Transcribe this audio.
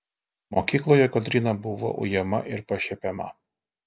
mokykloje kotryna buvo ujama ir pašiepiama